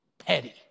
petty